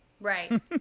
Right